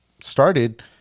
started